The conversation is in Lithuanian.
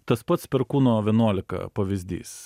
tas pats perkūno vienuolika pavyzdys